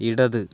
ഇടത്